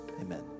Amen